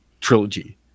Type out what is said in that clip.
trilogy